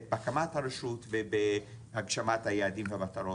בהקמת הרשות ובהגשמת היעדים והמטרות.